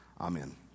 Amen